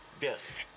Yes